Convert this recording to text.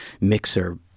mixer